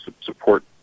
support